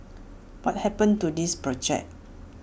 what happened to this project